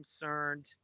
concerned